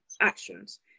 actions